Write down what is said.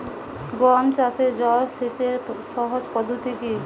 গম চাষে জল সেচের সহজ পদ্ধতি কি?